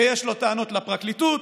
ויש לו טענות לפרקליטות,